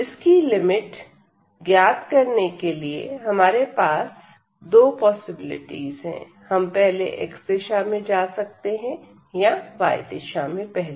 इसकी लिमिट ज्ञात करने के लिए हमारे पास से दो पॉसिबिलिटीज है हम पहले xदिशा में जा सकते हैं या y दिशा में पहले